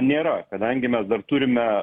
nėra kadangi mes dar turime